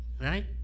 right